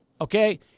Okay